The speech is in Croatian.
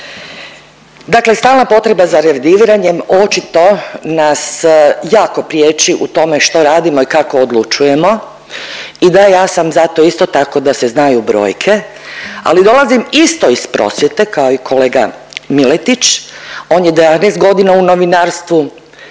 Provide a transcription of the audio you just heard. Dakle stalna potreba za revidiranjem očito nas jako priječi u tome što radimo i kako odlučujemo i da, ja sam za to isto tako, da se znaju brojke, ali dolazim isto iz prosvjete, kao i kolega Miletić, on je .../Govornik se